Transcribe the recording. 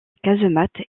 casemate